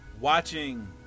Watching